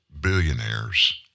billionaires